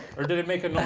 or did it make a noise?